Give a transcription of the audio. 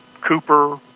Cooper